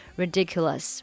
ridiculous